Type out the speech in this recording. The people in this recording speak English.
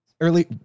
early